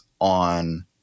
on